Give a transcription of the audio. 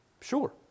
Sure